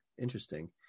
interesting